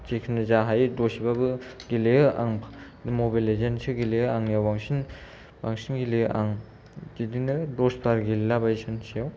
जिखुनु जा हायो दसे बाबो गेलेयो आं मबाइल लेजेण्ड सो बांसिन गेलेयो आं बिदिनो दस बार गेलेला बायो सानसेयाव